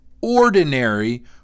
Ordinary